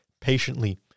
patiently